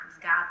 God